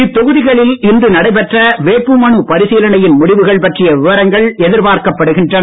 இத்தொகுதிகளில் இன்று நடைபெற்ற வேட்புமனு பரிசீலனையின் முடிவுகள் பற்றிய விவரங்கள் எதிர்பார்க்கப் படுகின்றன